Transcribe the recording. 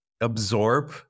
absorb